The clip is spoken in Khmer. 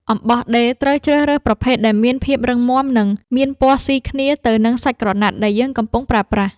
អំបោះដេរត្រូវជ្រើសរើសប្រភេទដែលមានភាពរឹងមាំ និងមានពណ៌ស៊ីគ្នាទៅនឹងសាច់ក្រណាត់ដែលយើងកំពុងប្រើប្រាស់។